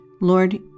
Lord